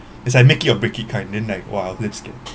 as like make it or break it kind then like !wah! damn scared